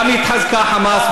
גם התחזקה "חמאס",